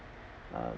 um